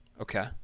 Okay